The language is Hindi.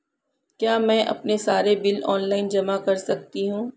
क्या मैं अपने सारे बिल ऑनलाइन जमा कर सकती हूँ?